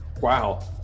Wow